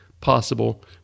possible